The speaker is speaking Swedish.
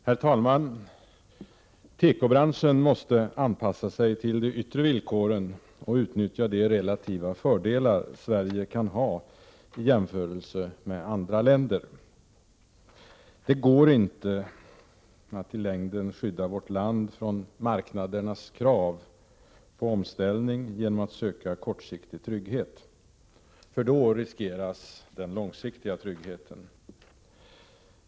Herr talman! Tekobranschen måste anpassa sig till de yttre villkoren och utnyttja de relativa fördelar Sverige kan ha i jämförelse med andra länder. Det går inte i längden att skydda vårt land från marknadens krav på omställning genom att söka kortsiktig trygghet. Då riskeras den långsiktiga tryggheten.